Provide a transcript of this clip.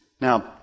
Now